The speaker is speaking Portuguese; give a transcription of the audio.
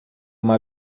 uma